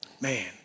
Man